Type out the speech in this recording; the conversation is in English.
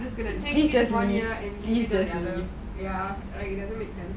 just gonna take it as one year